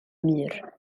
mur